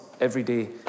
everyday